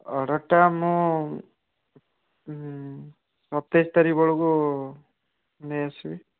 ଅର୍ଡର୍ଟା ମୁଁ ସତାଇଶ ତାରିଖ ବେଳକୁ ନେଇ ଆସିବି